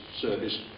service